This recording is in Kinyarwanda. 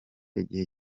igihe